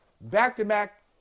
back-to-back